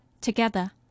Together